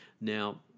Now